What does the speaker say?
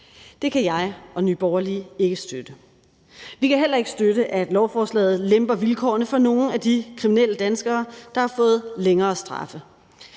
Det kan jeg og Nye Borgerlige ikke støtte. Vi kan heller ikke støtte, at lovforslaget lemper vilkårene for nogle af de kriminelle danskere, der har fået længere straffe.